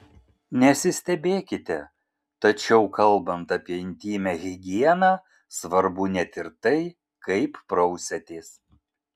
nesistebėkite tačiau kalbant apie intymią higieną svarbu net ir tai kaip prausiatės